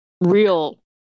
Real